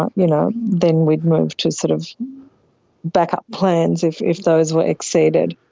ah you know then we'd move to sort of backup plans if if those were exceeded.